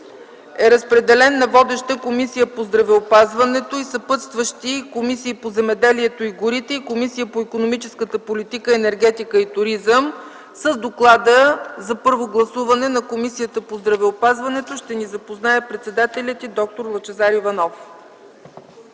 е разпределен на водеща – Комисията по здравеопазването, и съпътстващи – Комисията по земеделието и горите и Комисията по икономическата политика, енергетика и туризъм. С доклада за първо гласуване на Комисията по здравеопазването ще ни запознае председателят й д-р Лъчезар Иванов.